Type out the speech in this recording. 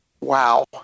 Wow